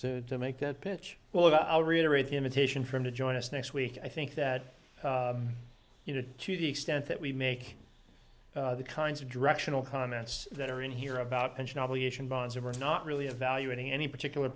to make that pitch well i'll reiterate imitation for him to join us next week i think that you know to the extent that we make the kinds of directional comments that are in here about pension obligation bonds are not really evaluating any particular